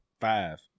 five